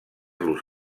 los